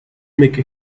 make